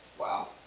Wow